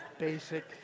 basic